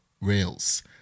Rails